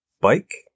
bike